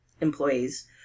employees